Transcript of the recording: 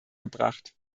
gebracht